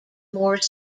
more